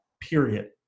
period